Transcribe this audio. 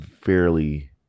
fairly